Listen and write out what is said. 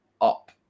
up